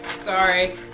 Sorry